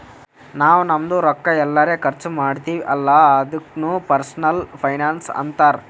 ನಾವ್ ನಮ್ದು ರೊಕ್ಕಾ ಎಲ್ಲರೆ ಖರ್ಚ ಮಾಡ್ತಿವಿ ಅಲ್ಲ ಅದುಕ್ನು ಪರ್ಸನಲ್ ಫೈನಾನ್ಸ್ ಅಂತಾರ್